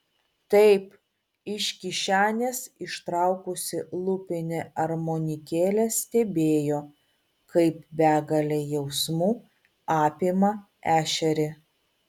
taip iš kišenės ištraukusi lūpinę armonikėlę stebėjo kaip begalė jausmų apima ešerį